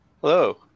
Hello